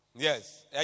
Yes